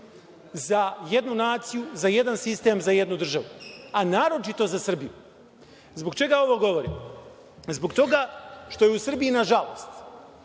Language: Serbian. za jednu naciju, za jedan sistem, za jednu državu, a naročito za Srbiju. Zbog čega ovo govorim? Zbog toga što je u Srbiji, nažalost,